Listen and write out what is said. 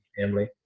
family